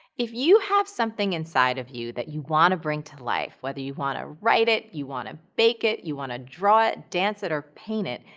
if you have something inside of you that you want to bring to life, whether you want to write it, you want to bake it, you want to draw it, dance it, or paint it,